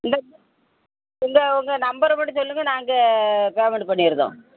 இந்த உங்கள் உங்கள் நம்பரை மட்டும் சொல்லுங்க நாங்கள் பேமெண்ட்டு பண்ணிடுதோம்